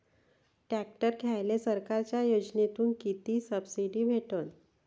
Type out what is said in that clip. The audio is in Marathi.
ट्रॅक्टर घ्यायले सरकारच्या योजनेतून किती सबसिडी भेटन?